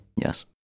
Yes